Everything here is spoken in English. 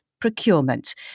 procurement